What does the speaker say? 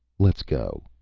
let's go.